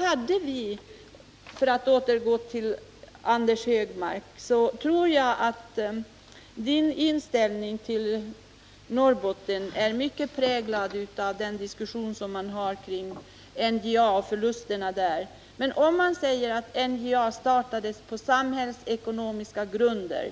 Jagtror att Anders Högmarks inställning till Norrbotten är mycket präglad av den diskussion som har förts kring NJA och det bolagets förluster. Men NJA startades på samhällsekonomiska grunder,